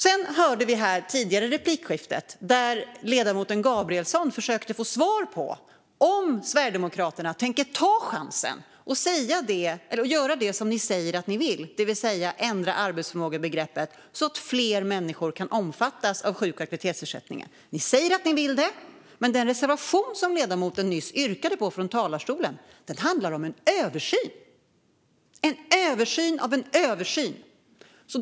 Sedan hörde vi det tidigare replikskiftet där ledamoten Gabrielsson försökte få svar på om ni i Sverigedemokraterna tänker ta chansen och göra det som ni säger att ni vill, det vill säga ändra arbetsförmågebegreppet, så att fler människor kan omfattas av sjuk och aktivitetsersättningen. Ni säger att ni vill det, men den reservation som ledamoten nyss yrkade på i talarstolen handlar om en översyn. En översyn av en översyn!